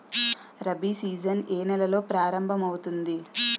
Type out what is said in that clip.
Rabi season ఏ నెలలో ప్రారంభమౌతుంది?